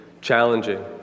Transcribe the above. challenging